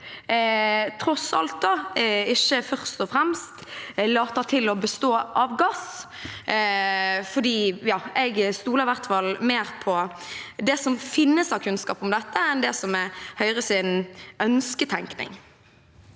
tross alt ikke først og fremst later til å bestå av gass. Jeg stoler i hvert fall mer på det som finnes av kunnskap om dette, enn det som er Høyres ønsketenkning.